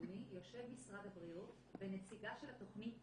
הלאומי יושב משרד הבריאות ונציגה של התוכנית